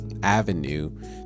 avenue